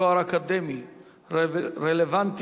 תואר אקדמי רלוונטי),